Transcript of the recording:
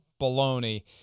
Baloney